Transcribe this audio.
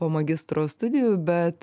po magistro studijų bet